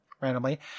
Randomly